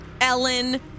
Ellen